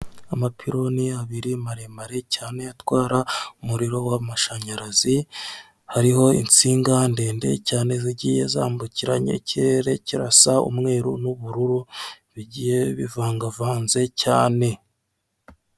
Amapironi abiri maremare cyane atwara umuriro w'amashanyarazi hariho insinga ndende cyane zigiye zambukiranya, ikerere kirasa umweru n'ubururu bigiye bivangavanze cyane.